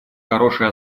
хорошей